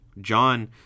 John